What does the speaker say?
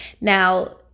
Now